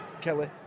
Kelly